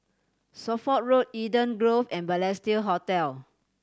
Suffolk Road Eden Grove and Balestier Hotel